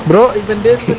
but don't even